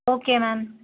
okay ma'am